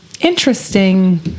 Interesting